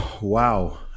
Wow